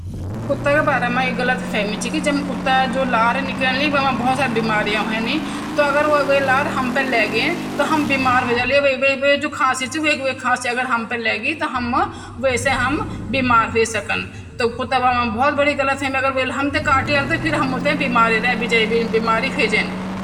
Hair dryer यानि बाल सुखौंणे मशीन। या काम कमण्ये करदि मैं आपते बतौंदू। आप जबभि अपणु मुन ध्वे ते ऊंदन बाथरूम बे, कखि के भी। त हेयर ड्रायरक्या करद, आप तेते स्विच पर लगे द्या, तेकु बटण ख्वोल द्यावा। जब भी आप हेयर ड्रायर ते ड्रायर ते अपणा बालों की तरफ लगौंदन त हेयर ड्रायर हमेशा गरम हवा छ्वेड्द। गरम हवा छ्वोड़ि ते क्या ह्वोंद बाल धीरे-धीरे सूखण बैठ जंदन। त आप तेसे क्या करदन आप अपरा बाल एक तरफ सूंन भी निकाली सकदन, सेट करी सकदन जेते हम ब्लोदन। त ये तरीका से, भौत ज्यादा येमा रॉकेट साइंस नी चि। आराम से बटण ख्वोला, हवा डाला बालूं पर अर बालूं ते ठक करि द्यावा।